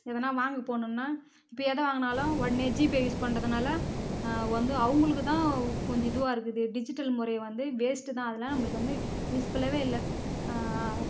எதுனா வாங்க போகணுனா இப்போ எதை வாங்குனாலும் ஒடனே ஜிபே யூஸ் பண்ணுறதுனால வந்து அவுங்களுக்கு தான் கொஞ்சம் இதுவாக இருக்குது டிஜிட்டல் முறை வந்து வேஸ்ட்டு தான் அதலாம் நம்மளுக்கு வந்து யூஸ்ஃபுல்லாகவே இல்லை